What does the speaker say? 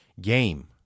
Game